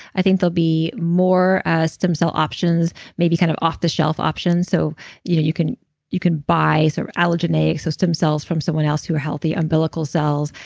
i think there'll be more ah stem cell options maybe kind of off-the-shelf options. so you know you can you can buy allogeneic so stem cells from someone else who are healthy, umbilical cells,